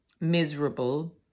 miserable